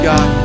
God